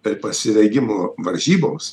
per pasirengimo varžyboms